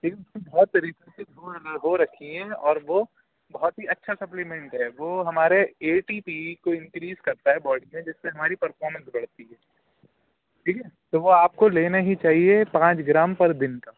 بہت طریقے سے ہو رکھی ہیں اور وہ بہت ہی اچھا سپلیمنٹ ہے وہ ہمارے اے ٹی پی کو انکریز کرتا ہے باڈی میں جس سے ہماری پرفارمنس بڑھتی ہے ٹھیک ہے تو وہ آپ کو لینا ہی چاہیے پانچ گرام پر دن کا